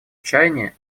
чаяния